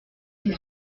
six